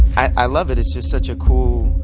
i love it it's just such cool.